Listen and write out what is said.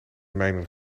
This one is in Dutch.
mijnen